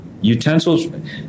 Utensils